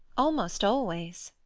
almost always.